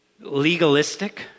legalistic